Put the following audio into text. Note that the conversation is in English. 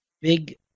big